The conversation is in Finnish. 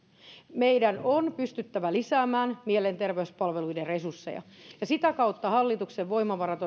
meidän on pystyttävä lisäämään mielenterveyspalveluiden resursseja ja sitä kautta hallituksen voimavarat